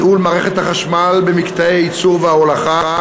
ניהול מערכת החשמל במקטעי הייצור וההולכה,